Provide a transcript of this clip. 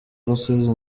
rusizi